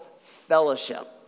fellowship